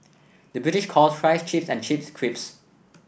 the British calls fries chips and chips crisps